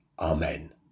Amen